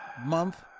month